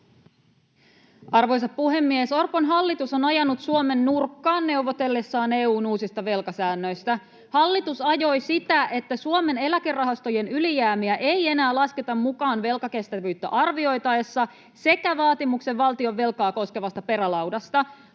Arvoisa puhemies! Orpon hallitus on ajanut Suomen nurkkaan neuvotellessaan EU:n uusista velkasäännöistä. Hallitus ajoi sitä, että Suomen eläkerahastojen ylijäämiä ei enää lasketa mukaan velkakestävyyttä arvioitaessa, sekä vaatimuksen valtionvelkaa koskevasta perälaudasta.